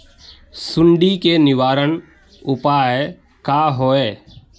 सुंडी के निवारण उपाय का होए?